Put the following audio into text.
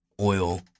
oil